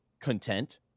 content